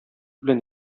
белән